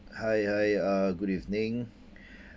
hi hi uh good evening